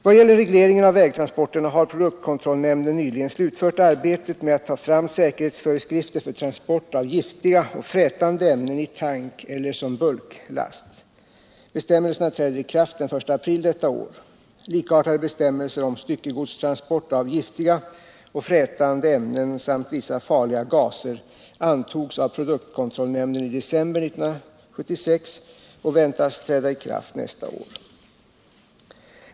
Vad gäller regleringen av vägtransporterna har produktkontrollnämnden nyligen slutfört arbetet med att ta fram säkerhetsföreskrifter för transport av giftiga och frätande ämnen i tank eller som bulklast. Bestämmelserna träder i kraft den 1 april detta år. Likartade bestämmelser om styckegodstransport av giftiga och frätande ämnen samt vissa farliga gaser antogs av produktkontrollnämnden i december 1976 och väntas träda i kraft nästa år.